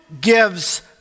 gives